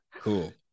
Cool